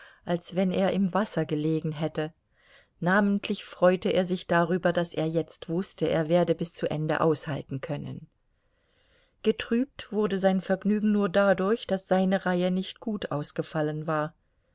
als wenn er im wasser gelegen hätte namentlich freute er sich darüber daß er jetzt wußte er werde bis zu ende aushalten können getrübt wurde sein vergnügen nur dadurch daß seine reihe nicht gut ausgefallen war